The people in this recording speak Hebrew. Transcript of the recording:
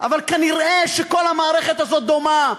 אבל כנראה כל המערכת הזאת דומה,